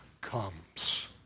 comes